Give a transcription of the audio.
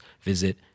visit